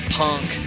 punk